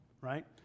right